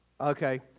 Okay